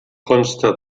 consta